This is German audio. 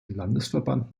landesverband